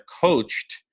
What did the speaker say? coached